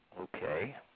Okay